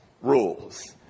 rules